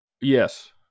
Yes